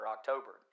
October